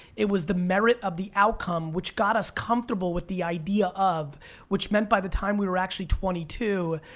it was the merit of the outcome which got us comfortable with the idea of which meant by the time we were actually twenty two,